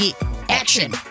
Action